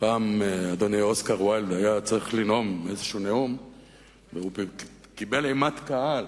פעם אדון אוסקר ויילד היה צריך לנאום איזה נאום וקיבל אימת קהל